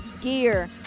gear